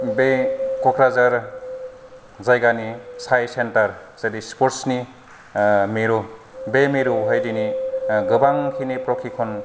बे क'क्राझार जायगानि साय सेइन्टार जेरै स्फर्सनि मेरु बे मेरुयाव हाय दिनै गोबां खिनि फ्रखिकन